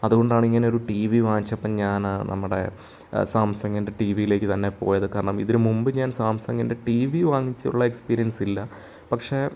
അതുകൊണ്ടാണ് ഇങ്ങനെ ഒരു ടി വി വാങ്ങിച്ചപ്പം ഞാൻ നമ്മുടെ സാംസങ്ങിൻ്റെ ടി വിയിലേക്ക് തന്നെ പോയത് കാരണം ഇതിന് മുൻപ് ഞാൻ സാംസങ്ങിൻ്റെ ടി വി വാങ്ങിച്ചുള്ള എക്സ്പീരിയൻസ് ഇല്ല പക്ഷേ